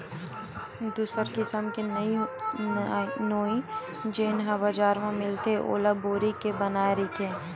दूसर किसिम के नोई जेन ह बजार म मिलथे ओला बोरी के बनाये रहिथे